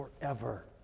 forever